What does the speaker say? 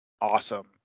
awesome